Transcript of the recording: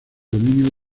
dominio